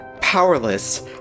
powerless